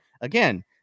again